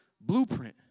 blueprint